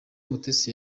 umutesi